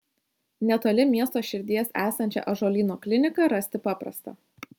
netoli miesto širdies esančią ąžuolyno kliniką rasti paprasta